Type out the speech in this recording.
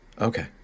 Okay